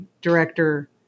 director